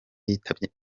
yitabye